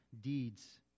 deeds